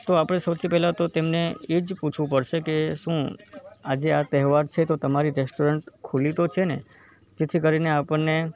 તો આપણે સૌથી પહેલાં તો તેમને એ જ પૂછવું પડશે કે શું આજે આ તહેવાર છે તો તમારી રૅસ્ટોરન્ટ ખુલ્લી તો છે ને જેથી કરીને આપણને